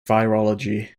virology